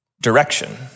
direction